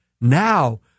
Now